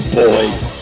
boys